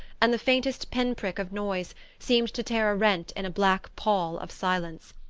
and the faintest pin-prick of noise seemed to tear a rent in a black pall of silence.